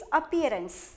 appearance